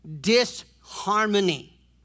disharmony